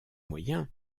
moyens